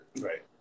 Right